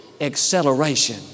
acceleration